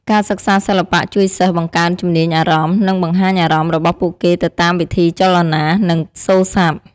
ការសិក្សាសិល្បៈជួយសិស្សបង្កើនជំនាញអារម្មណ៍ និងបង្ហាញអារម្មណ៍របស់ពួកគេទៅតាមវិធីចលនា និងសូរស័ព្ទ។